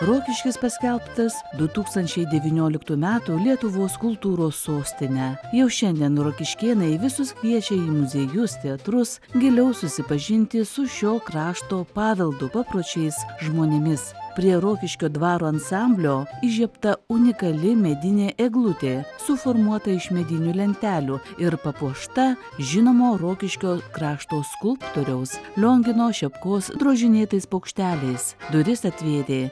rokiškis paskelbtas du tūkstančiai devynioliktų metų lietuvos kultūros sostine jau šiandien rokiškėnai visus kviečia į muziejus teatrus giliau susipažinti su šio krašto paveldu papročiais žmonėmis prie rokiškio dvaro ansamblio įžiebta unikali medinė eglutė suformuota iš medinių lentelių ir papuošta žinomo rokiškio krašto skulptoriaus liongino šepkos drožinėtais bokšteliais duris atvėdė